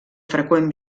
freqüent